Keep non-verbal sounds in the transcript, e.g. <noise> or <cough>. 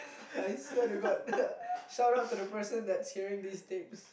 I swear to god <laughs> shout out to the person that's hearing these tapes